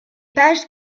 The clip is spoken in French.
pages